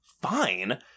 fine